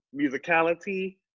Musicality